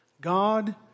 God